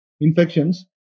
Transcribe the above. infections